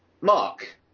Mark